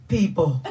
People